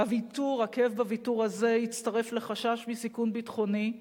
הכאב בוויתור הזה הצטרף לחשש מסיכון ביטחוני,